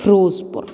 Firozpur